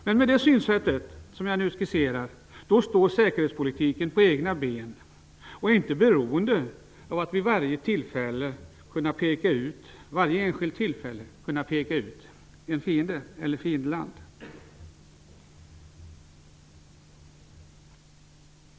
Med det synsätt som jag nu skisserar står säkerhetspolitiken på egna ben och är inte beroende av att vi vid varje enskilt tillfälle kan peka ut ett fiendeland.